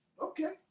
Okay